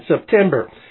September